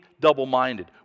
double-minded